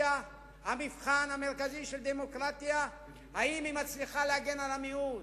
והמבחן המרכזי של דמוקרטיה הוא אם היא מצליחה להגן על המיעוט.